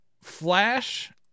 flash